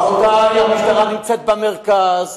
רבותי, המשטרה נמצאת במרכז,